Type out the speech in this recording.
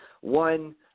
One